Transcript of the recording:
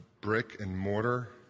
brick-and-mortar